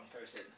person